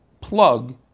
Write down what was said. plug